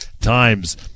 times